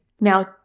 Now